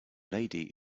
lady